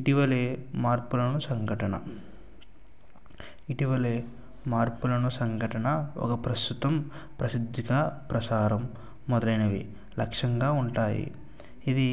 ఇటీవల మార్పులను సంఘటన ఇటీవల మార్పులను సంఘటన ఒక ప్రస్తుతం ప్రసిద్ధిగా ప్రచారం మొదలైనవి లక్ష్యంగా ఉంటాయి ఇది